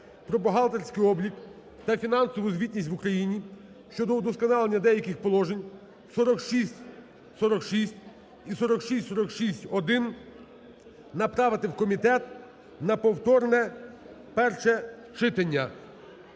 бухгалтерський облік та фінансову звітність в Україні" (щодо удосконалення деяких положень) (4646 і 4646-1) направити в комітет на повторне перше читання.